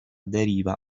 deriva